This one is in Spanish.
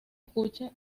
escuche